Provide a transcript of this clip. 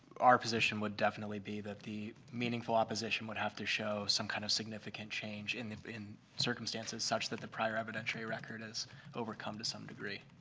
our position would definitely be that the meaningful opposition would have to show some kind of significance change in in circumstances such that the prior evidentiary record is overcome to some degree.